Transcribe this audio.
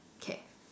K